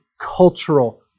cultural